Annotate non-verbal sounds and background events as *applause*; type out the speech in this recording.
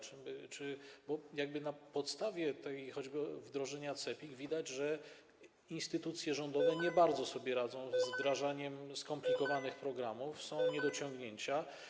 Czy na podstawie choćby wdrożenia CEPiK widać, że instytucje rządowe nie *noise* bardzo sobie radzą z wdrażaniem skomplikowanych programów, są niedociągnięcia?